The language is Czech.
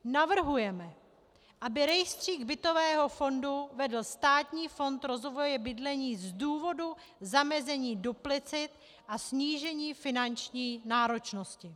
Navrhujeme, aby rejstřík bytového fondu vedl Státní fond rozvoje bydlení z důvodu zamezení duplicit a snížení finanční náročnosti.